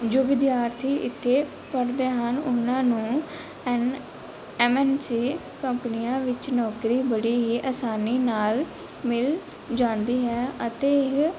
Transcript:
ਜੋ ਵਿਦਿਆਰਥੀ ਇੱਥੇ ਪੜ੍ਹਦੇ ਹਨ ਉਹਨਾਂ ਨੂੰ ਐਨ ਐਮ ਐਨ ਸੀ ਕੰਪਨੀਆਂ ਵਿੱਚ ਨੌਕਰੀ ਬੜੀ ਹੀ ਆਸਾਨੀ ਨਾਲ ਮਿਲ ਜਾਂਦੀ ਹੈ ਅਤੇ ਇਹ